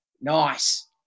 Nice